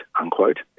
unquote